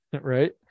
Right